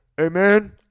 Amen